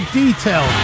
detail